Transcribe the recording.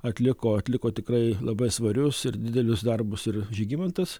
atliko atliko tikrai labai svarius ir didelius darbus ir žygimantas